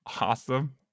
Awesome